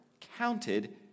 counted